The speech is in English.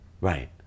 Right